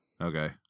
Okay